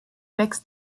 wächst